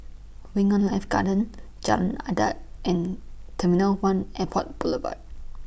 Wing on Life Garden Jalan Adat and Temilow one Airport Boulevard